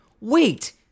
wait